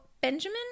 Benjamin